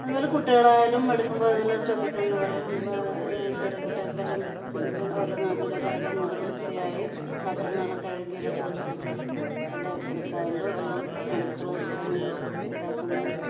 അതുപോലെ കുട്ടികളായാലും എടുക്കുമ്പോൾ അതെല്ലാം ശ്രദ്ധിക്കണമെന്ന് പറയും ചെറിയ കുട്ടികൾക്കെല്ലാം പിന്നെ ഓരോന്ന് ആക്കണ്ടീട്ടെല്ലാം നല്ല വൃത്തിയായി പാത്രങ്ങളെല്ലാം കഴുകി എല്ലാം സൂക്ഷിച്ച് എല്ലാം എടുക്കാമല്ലോ എല്ലാം അടുക്കൽ എല്ലാം സ് ഇതാക്കുന്ന